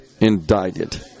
indicted